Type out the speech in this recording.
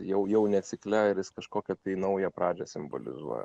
jau jau ne cikle ir jis kažkokią tai naują pradžią simbolizuoja